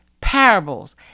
parables